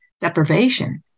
deprivation